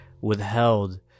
withheld